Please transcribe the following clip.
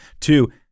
Two